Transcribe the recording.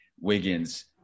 Wiggins